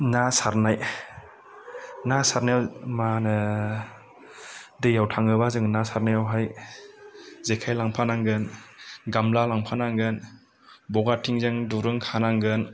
ना सारनाय ना सारनाया मा होनो दैयाव थाङोबा जों ना सारनायाव हाय जेखाइ लांफा नांगोन गामला लांफा नांगोन बहाथिंजों दुरुं खानांगोन